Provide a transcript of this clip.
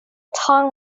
tongue